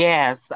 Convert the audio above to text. Yes